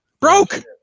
Broke